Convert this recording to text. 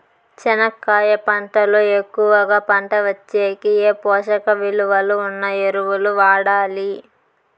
చెనక్కాయ పంట లో ఎక్కువగా పంట వచ్చేకి ఏ పోషక విలువలు ఉన్న ఎరువులు వాడాలి?